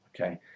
okay